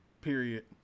period